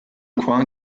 coin